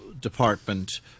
department